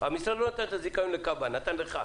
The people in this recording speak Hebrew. - המשרד לא נתן את הזיכיון לכב"ה, נתן לך.